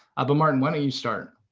but, martin, why don't you start?